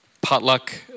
potluck